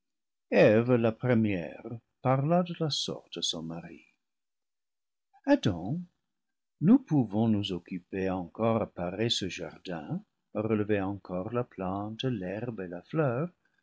la première parla de la sorte à son mari adam nous pouvons nous occuper encore à parer ce jar din à relever encore la plante l'herbe et la fleur